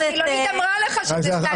זה שיפור,